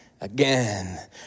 Again